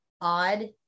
odd